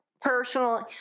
personally